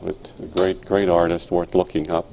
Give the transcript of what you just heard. but great great artist worth looking up